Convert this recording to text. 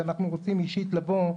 שאנחנו רוצים אישית לבוא,